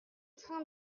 train